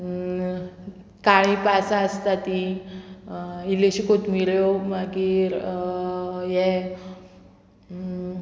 काळीं पासां आसता तीं इल्लेश्यो कोथमिऱ्यो मागीर हें